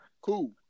Cool